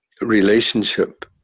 relationship